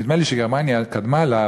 נדמה לי שגרמניה קדמה לה,